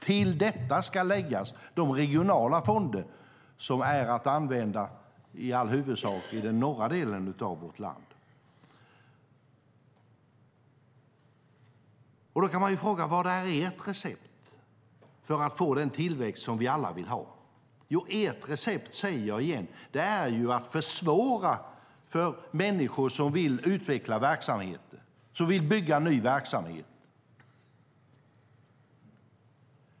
Till detta ska läggas de regionala fonder som är att använda i huvudsak i den norra delen av vårt land. Då kan man fråga: Vad är ert recept för att få den tillväxt som vi alla vill ha? Jo, ert recept - jag säger det igen - är att försvåra för människor som vill utveckla verksamhet och som vill bygga ny verksamhet.